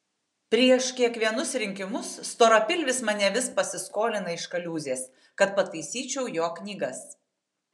prieš kiekvienus rinkimus storapilvis mane vis pasiskolina iš kaliūzės kad pataisyčiau jo knygas